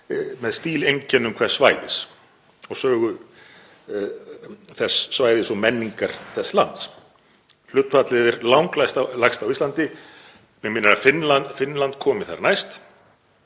með stíleinkennum hvers svæðis og sögu þess svæðis og menningar þess lands. Hlutfallið er langlægst á Íslandi, mig minnir að Finnland komi þar næst.